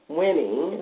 winning